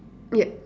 yup